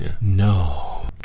No